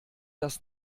das